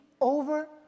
over